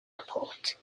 airport